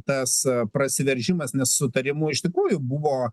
tas prasiveržimas nesutarimų iš tikrųjų buvo